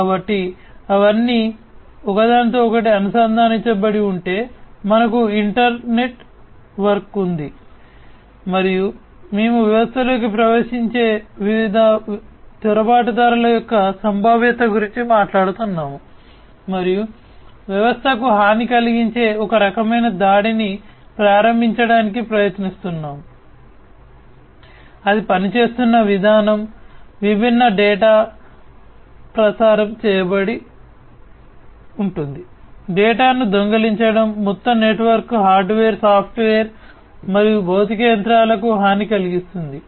కాబట్టి అవన్నీ ఒకదానితో ఒకటి అనుసంధానించబడి ఉంటే మనకు ఇంటర్నెట్ వర్క్ ఉంది మరియు మేము వ్యవస్థలోకి ప్రవేశించే వివిధ చొరబాటుదారుల యొక్క సంభావ్యత గురించి మాట్లాడుతున్నాము మరియు వ్యవస్థకు హాని కలిగించే ఒక రకమైన దాడిని ప్రారంభించడానికి ప్రయత్నిస్తున్నాము అది పనిచేస్తున్న విధానం విభిన్న డేటా ప్రసారం చేయడం డేటాను దొంగిలించడం మొత్తం నెట్వర్క్ హార్డ్వేర్ సాఫ్ట్వేర్ మరియు భౌతిక యంత్రాలకు హాని కలిగిస్తుంది